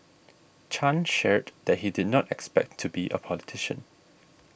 Chan shared that he did not expect to be a politician